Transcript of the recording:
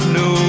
no